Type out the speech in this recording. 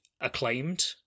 acclaimed